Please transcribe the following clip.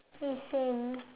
eh same